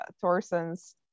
Thorson's